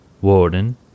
warden